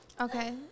Okay